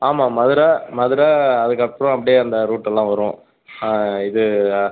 ஆமாம் மதுரை மதுரை அதுக்கப்புறம் அப்டேயே அந்த ரூட்டெல்லாம் வரும் இது